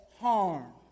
harm